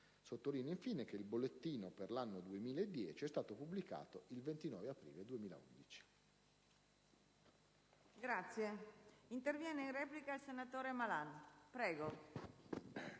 Sottolineo, infine, che il bollettino per l'anno 2010 è stato pubblicato il 29 aprile 2011.